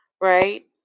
right